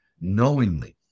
knowingly